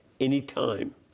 anytime